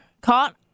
caught